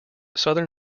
southern